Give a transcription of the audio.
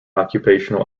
occupational